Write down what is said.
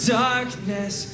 darkness